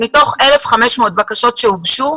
מתוך 1,500 בקשות שהוגשו,